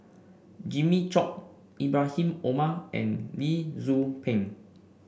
Jimmy Chok Ibrahim Omar and Lee Tzu Pheng